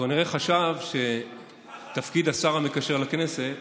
הוא כנראה חשב שתפקיד השר המקשר לכנסת